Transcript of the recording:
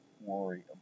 worry